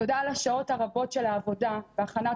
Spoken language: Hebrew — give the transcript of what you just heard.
תודה על השעות הרבות של העבודה והכנת